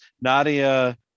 Nadia